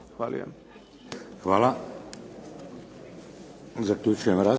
Hvala.